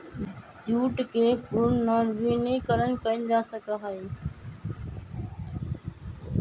jute के पुनर्नवीनीकरण कइल जा सका हई